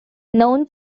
known